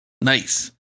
Nice